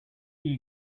you